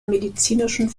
medizinischen